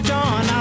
John